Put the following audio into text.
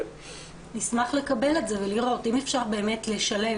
נשמח לקבל את זה ולראות אם אפשר לשלב